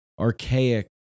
Archaic